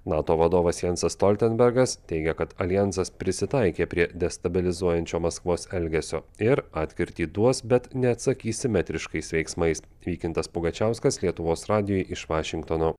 nato vadovas jansas stoltenbergas teigia kad aljansas prisitaikė prie destabilizuojančio maskvos elgesio ir atkirtį duos bet neatsakys simetriškais veiksmais vykintas pugačiauskas lietuvos radijui iš vašingtono